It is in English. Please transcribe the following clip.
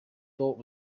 thought